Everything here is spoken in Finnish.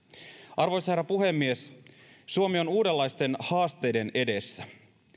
arvoisa herra puhemies suomi on uudenlaisten haasteiden edessä